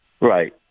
Right